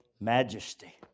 majesty